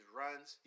runs